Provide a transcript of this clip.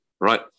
right